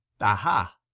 Aha